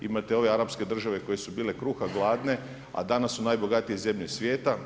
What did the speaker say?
Imate ove arapske države koje su bile kruha gladne, a danas su najbogatije zemlje svijeta.